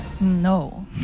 No